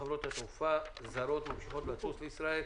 שחברות תעופה זרות ממשיכות לטוס לישראל.